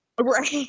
Right